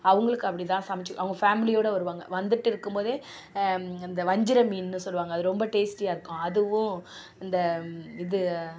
அவங்களுக்கு அப்படி தான் சமைச்சி அவங்க ஃபேமிலியோட வருவாங்க வந்துட்டு இருக்கும் போதே இந்த வஞ்சர மீன்னு சொல்லுவாங்க அது ரொம்ப டேஸ்ட்டியாக இருக்கும் அதுவும் இந்த இது